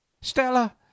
stella